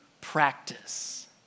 practice